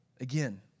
again